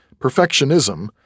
Perfectionism